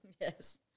Yes